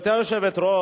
גברתי היושבת-ראש,